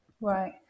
right